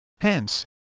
Hence